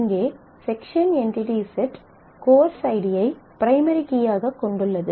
இங்கே section entity set course ஐடியை primary கீயாகக் கொண்டுள்ளது